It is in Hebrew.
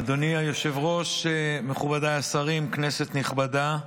אדוני היושב-ראש, מכובדיי השרים, כנסת נכבדה,